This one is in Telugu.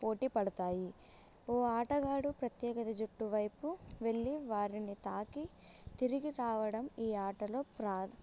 పోటీ పడతాయి ఓ ఆటగాడు ప్రత్యేకత జుట్టువైపు వెళ్ళి వారిని తాకి తిరిగి రావడం ఈ ఆటలో ప్రా